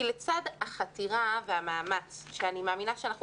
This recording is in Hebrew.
כי לצד החתירה והמאמץ שאני מאמינה שאנחנו